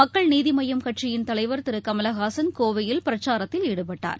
மக்கள் நீதிமய்யம் கட்சியின் தலைவர் திருகமலஹாசன் கோவையில் பிரச்சாரத்தில் ஈடுபட்டார்